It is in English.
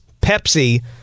Pepsi